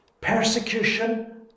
Persecution